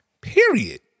period